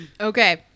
Okay